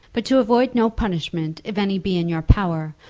but to avoid no punishment, if any be in your power,